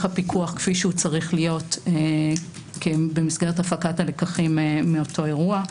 הפיקוח כפי שצריך להיות במסגרת הפקת הלקחים מאותו אירוע.